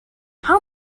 how